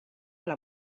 alla